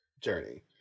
journey